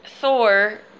Thor